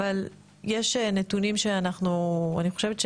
אבל יש נתונים שאני חושבת,